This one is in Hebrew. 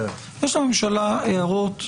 יש לממשלה הערות וכו',